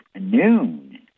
noon